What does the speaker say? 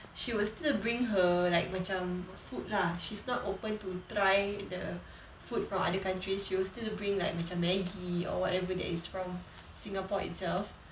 she will still bring her like macam food lah she's not open to try the food from other countries she will still bring like macam maggi or whatever that is from singapore itself